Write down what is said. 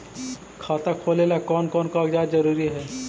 खाता खोलें ला कोन कोन कागजात जरूरी है?